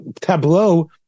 tableau